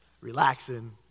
relaxing